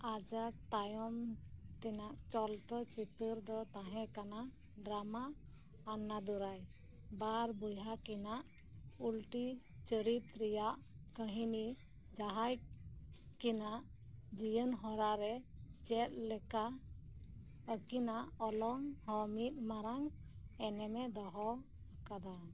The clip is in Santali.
ᱟᱭᱟᱜ ᱛᱟᱭᱚᱢ ᱛᱮᱱᱟᱜ ᱪᱚᱞᱚᱛ ᱪᱤᱛᱟᱹᱨ ᱫᱚ ᱛᱟᱦᱮᱸ ᱠᱟᱱᱟ ᱰᱨᱟᱢᱟ ᱟᱱᱱᱟᱫᱩᱨᱟᱭ ᱵᱟᱨ ᱵᱚᱭᱦᱟ ᱠᱤᱱᱟᱜ ᱩᱞᱴᱟᱹ ᱪᱚᱨᱤᱛ ᱨᱮᱭᱟᱜ ᱠᱟᱹᱦᱱᱤ ᱡᱟᱦᱟᱸᱭ ᱠᱤᱱᱟᱜ ᱡᱤᱭᱚᱱ ᱦᱚᱨᱟ ᱨᱮ ᱪᱮᱫ ᱞᱮᱠᱟ ᱟᱹᱠᱤᱱᱟᱜ ᱚᱞᱚᱝ ᱦᱚᱸ ᱢᱤᱫ ᱢᱟᱨᱟᱝ ᱮᱱᱮᱢᱮ ᱫᱚᱦᱚ ᱟᱠᱟᱫᱟ